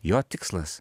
jo tikslas